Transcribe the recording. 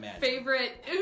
favorite